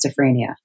schizophrenia